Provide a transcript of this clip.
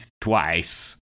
twice